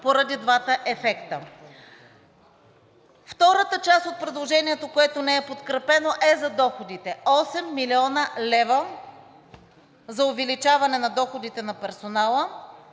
поради двата ефекта. Втората част от предложението, което не е подкрепено, е за доходите – 8 млн. лв. за увеличаване на доходите на персонала,